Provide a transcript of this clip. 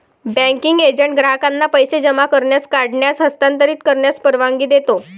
banking agent ग्राहकांना पैसे जमा करण्यास, काढण्यास, हस्तांतरित करण्यास परवानगी देतो